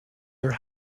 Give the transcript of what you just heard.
are